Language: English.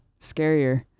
scarier